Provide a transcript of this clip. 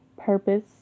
purpose